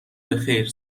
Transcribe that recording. بخیر